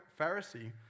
Pharisee